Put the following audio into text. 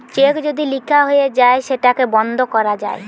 check যদি লিখা হয়ে যায় সেটাকে বন্ধ করা যায়